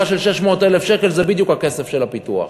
של 600,000 שקלים זה בדיוק הכסף של הפיתוח,